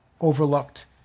overlooked